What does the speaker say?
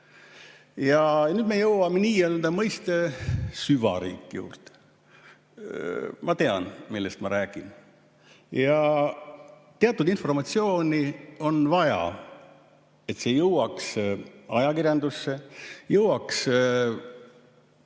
Nüüd me jõuame nii-öelda mõiste "süvariik" juurde. Ma tean, millest ma räägin. Teatud informatsiooni puhul on vaja, et see jõuaks ajakirjandusse, jõuaks